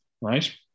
right